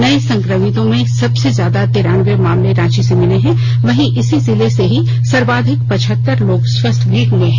नए संक्रमितों में सबसे ज्यादा तिरान्बे मामले रांची से मिले हैं वहीं इसी जिले से ही सर्वाधिक पचहत्तर लोग स्वस्थ भी हुए हैं